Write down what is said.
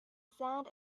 sand